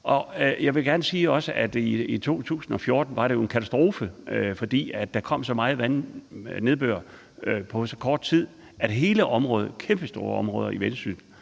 jo også gerne sige, at det i 2014 var en katastrofe. For der kom så meget nedbør på så kort tid, at kæmpestore områder i Vendsyssel